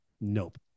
nope